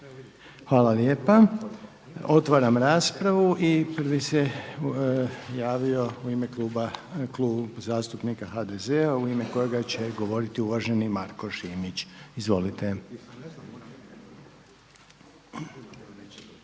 Hvala lijepa. Otvaram raspravu. I prvi se javio Klub zastupnika HDZ-a u ime kojega će govoriti uvaženi Marko Šimić. Izvolite.